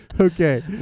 Okay